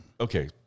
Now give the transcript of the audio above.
Okay